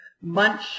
munch